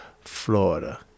Florida